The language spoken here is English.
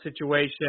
situation